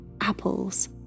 apples